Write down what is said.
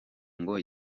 ngo